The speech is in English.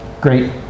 great